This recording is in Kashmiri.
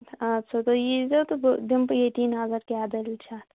اَدٕ سا تُہۍ یی زیو تہٕ بہٕ دِمہٕ بہٕ ییٚتی نظر کیاہ دٔلیٖل چھےٚ اَتھ